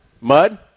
Mud